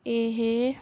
ਇਹ